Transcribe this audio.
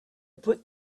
put